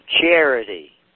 charity